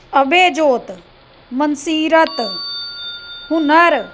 ਅਭੈਜੋਤ ਮਨਸੀਰਤ ਹੁਨਰ